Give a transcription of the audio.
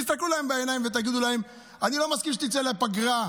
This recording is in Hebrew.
תסתכלו להם בעיניים ותגידו להם: אני לא מסכים שתצא לפגרה,